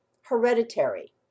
hereditary